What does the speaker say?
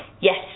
Yes